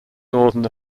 northern